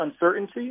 uncertainty